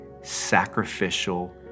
sacrificial